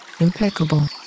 Impeccable